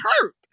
hurt